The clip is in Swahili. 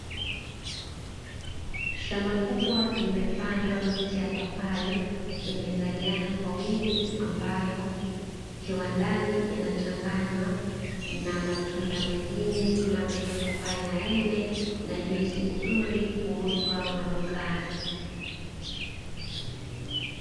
Shamba kubwa limepandwa miti ya mipapai imeazaliana kwa wingi ambayo kiwandani inachanganywa na matunda mengine kama vile papai na embe, na juisi nzuri huuzwa madukani.